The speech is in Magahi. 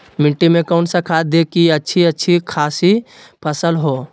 मिट्टी में कौन सा खाद दे की अच्छी अच्छी खासी फसल हो?